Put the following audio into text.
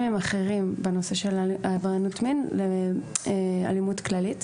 הם אחרים בנושא של עבריינות מין ואלימות כללית.